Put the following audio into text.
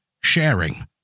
sharing